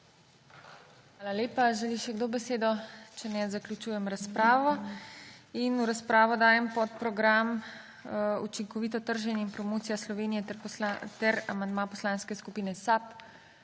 Hvala. Želi še kdo besedo? (Ne.) Zaključujem razpravo. V razpravo dajem podprogram Učinkovito trženje in promocija Slovenije ter amandma Poslanske skupine SAB.